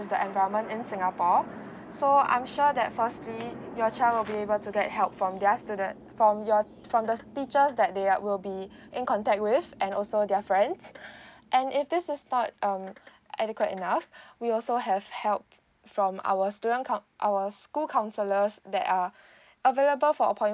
with the environment in singapore so I'm sure that firstly your child will be able to get help from their student from your from the teachers that they will be in contact with and also their friends and if this is not adequate enough we also have help from our student coun~ our school counsellors that are available for appointment